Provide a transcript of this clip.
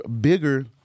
bigger